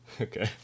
Okay